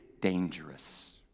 dangerous